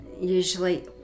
usually